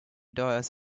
dollars